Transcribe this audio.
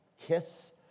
Kiss